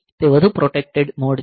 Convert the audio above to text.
તે વધુ protected mode છે